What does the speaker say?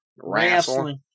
Wrestling